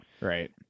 right